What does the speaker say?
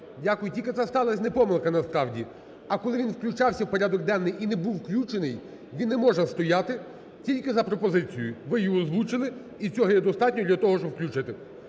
Дякую. Тільки це сталася не помилка насправді, а коли він включався в порядок денний і не був включений, він не може стояти, тільки за пропозицією. Ви її озвучили, і цього є достатньо для того, щоб включити.